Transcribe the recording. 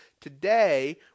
Today